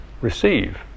receive